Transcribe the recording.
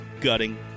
Gutting